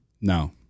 no